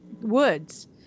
woods